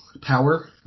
power